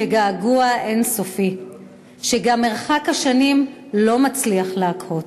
וגעגוע אין-סופי שגם מרחק השנים לא מצליח להקהות.